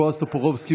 בועז טופורובסקי,